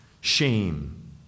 shame